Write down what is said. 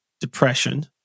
depression